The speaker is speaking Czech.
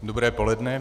Dobré poledne.